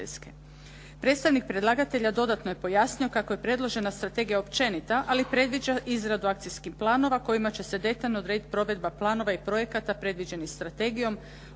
Predstavnik predlagatelja dodatno je pojasnio kako je predložena strategija općenita, ali predviđa izradu akcijskih planova kojima će se detaljno odrediti provedba planova i projekata predviđenih strategijom,